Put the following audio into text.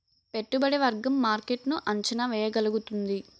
పెట్టుబడి వర్గం మార్కెట్ ను అంచనా వేయగలుగుతుంది